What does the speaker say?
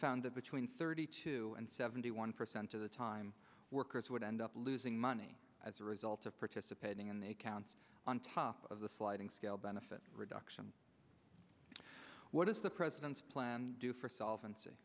that between thirty two and seventy one percent of the time workers would end up losing money as a result of participating in the accounts on top of the sliding scale benefit reduction what does the president's plan do for solve